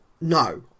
No